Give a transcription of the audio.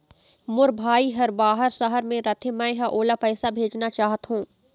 मोर भाई हर बाहर शहर में रथे, मै ह ओला पैसा भेजना चाहथों